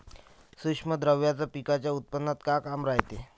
सूक्ष्म द्रव्याचं पिकाच्या उत्पन्नात का काम रायते?